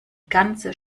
ganze